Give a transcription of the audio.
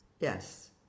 Yes